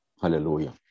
Hallelujah